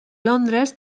londres